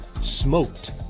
smoked